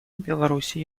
беларуси